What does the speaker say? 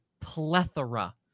plethora